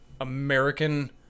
American